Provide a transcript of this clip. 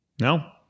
No